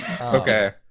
Okay